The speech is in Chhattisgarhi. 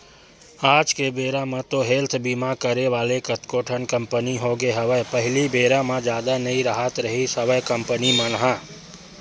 आज के बेरा म तो हेल्थ बीमा करे वाले कतको ठन कंपनी होगे हवय पहिली बेरा म जादा नई राहत रिहिस हवय कंपनी मन ह